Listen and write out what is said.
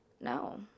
No